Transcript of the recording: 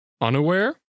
unaware